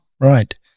Right